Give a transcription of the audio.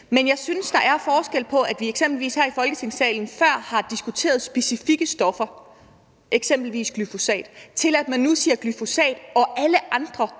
Men jeg synes, der er forskel på, at vi eksempelvis her i Folketingssalen før har diskuteret specifikke stoffer, eksempelvis glyfosat, og at vi nu taler om glyfosat og alle andre